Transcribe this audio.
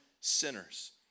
sinners